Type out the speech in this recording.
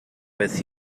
with